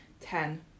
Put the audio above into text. Ten